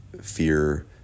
fear